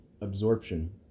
absorption